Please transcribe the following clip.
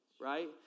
right